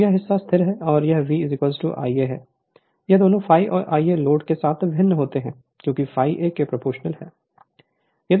तो यह हिस्सा स्थिर है और यह V पर Ia है यहाँ दोनों ∅और Ia लोड के साथ भिन्न होते हैं क्योंकि ∅ Ia के प्रोपोर्शनल है